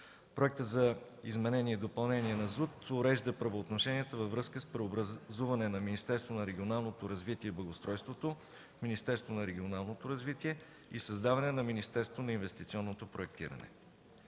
устройство на територията урежда правоотношенията във връзка с преобразуване на Министерството на регионалното развитие и благоустройството в Министерство на регионалното развитие и създаване на Министерство на инвестиционното проектиране.